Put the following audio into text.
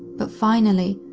but finally,